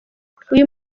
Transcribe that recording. uyu